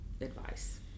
advice